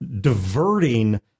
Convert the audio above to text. diverting